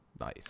Nice